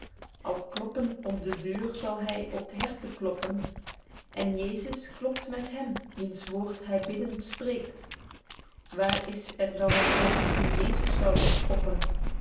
al kloppen op de deur zal hy op t herte kloppen en jesus klopt met hem wiens woord hy biddend spreekt waer is er dan een mensch die jesus zou